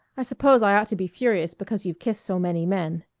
i suppose i ought to be furious because you've kissed so many men.